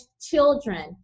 children